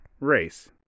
race